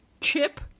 CHIP